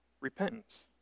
repentance